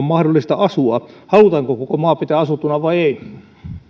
mahdollista asua halutaanko koko maa pitää asuttuna vai ei